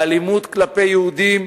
באלימות כלפי יהודים,